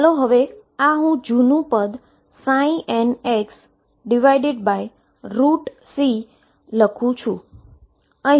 ચાલો તો હવે હું આ જૂનું પદ nxC લખું